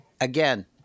Again